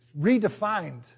redefined